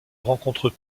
rencontrent